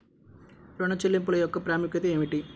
ఋణ చెల్లింపుల యొక్క ప్రాముఖ్యత ఏమిటీ?